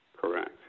Correct